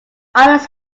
artists